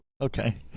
Okay